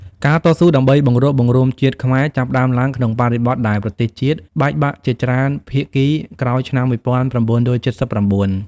ការតស៊ូដើម្បីបង្រួបបង្រួមជាតិខ្មែរ ចាប់ផ្តើមឡើងក្នុងបរិបទដែលប្រទេសជាតិបែកបាក់ជាច្រើនភាគីក្រោយឆ្នាំ ១៩៧៩។